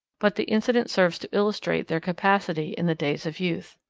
but the incident serves to illustrate their capacity in the days of youth.